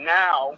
now